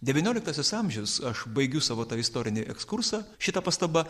devynioliktasis amžius aš baigiu savo tą istorinį ekskursą šita pastaba